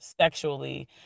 sexually